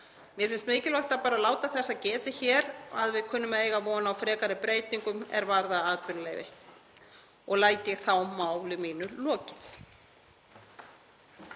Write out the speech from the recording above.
Mér finnst mikilvægt að láta þess getið hér að við kunnum að eiga von á frekari breytingum er varða atvinnuleyfi. Læt ég þá máli mínu lokið.